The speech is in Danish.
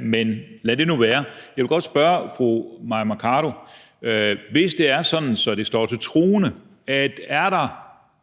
Men lad det nu være. Jeg vil godt spørge fru Mai Mercado: Hvis det er sådan, at det står til troende, at der er